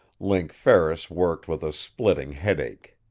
link ferris worked with a splitting headache.